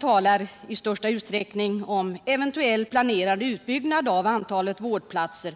talar i första hand om en eventuellt planerad utbyggnad av antalet vårdplatser.